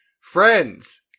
FRIENDS